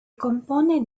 compone